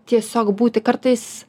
tiesiog būti kartais